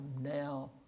now